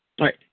Right